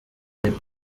arimo